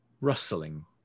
rustling